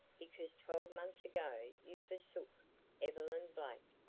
because twelve months ago you forsook evelyn blake,